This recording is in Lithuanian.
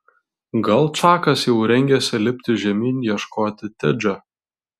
gal čakas jau rengėsi lipti žemyn ieškoti tedžio